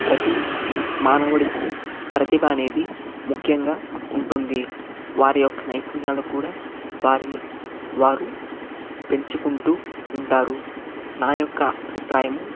ప్రతి మానవుడికి ప్రతిభ అనేది ముఖ్యంగా ఉంటుంది వారి యొక్క నైపుణ్యాలు కూడా వారిని వారు పెంచుకుంటు ఉంటారు నా యొక్క అభిప్రాయం